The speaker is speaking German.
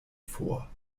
vor